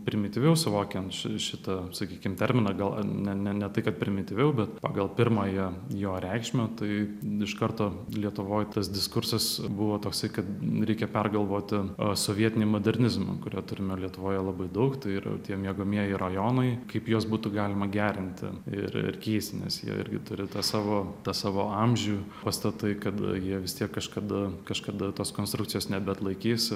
primityviau suvokiant šitą sakykim terminą gal ne ne tai kad primityviau bet pagal pirmąją jo reikšmę tai iš karto lietuvoj tas diskursas buvo toksai kad reikia pergalvoti sovietinį modernizmą kurio turime lietuvoje labai daug tai yra tie miegamieji rajonai kaip juos būtų galima gerinti ir ir keisti nes jie irgi turi savo tą savo amžių pastatai kad jie vis tiek kažkada kažkada tos konstrukcijos nebeatlaikys